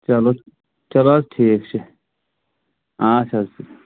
چلو چلو حظ ٹھیٖک چھُ اچھا اچھا